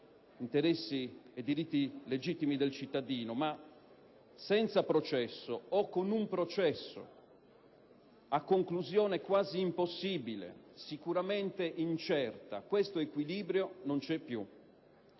interessi legittimi del cittadino, ma senza processo o con un processo a conclusione quasi impossibile e sicuramente incerta questo equilibrio non c'è più.